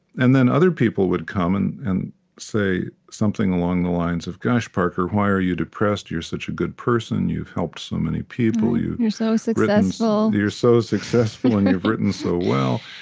and then, other people would come and and say something along the lines of, gosh, parker, why are you depressed? you're such a good person. you've helped so many people, you've written, you're so successful. you're so successful, and you've written so well.